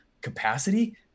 capacity